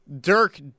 Dirk